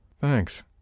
Thanks